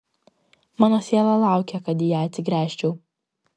mano siela laukia kad į ją atsigręžčiau